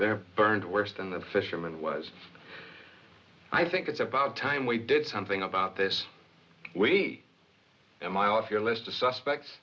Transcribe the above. they're burned worse than the fisherman was i think it's about time we did something about this we in my off your list of suspects